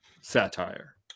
satire